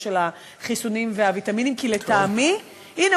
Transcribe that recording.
להפסיק להסית, תפסיקו להסית, תתווכחו אידיאולוגית.